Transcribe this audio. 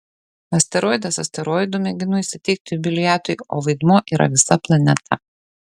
asteroidas asteroidu mėginu įsiteikti jubiliatui o vaidmuo yra visa planeta